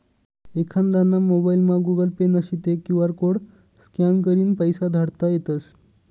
एखांदाना मोबाइलमा Google pay नशी ते क्यु आर कोड स्कॅन करीन पैसा धाडता येतस